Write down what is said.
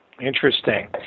Interesting